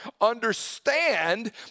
understand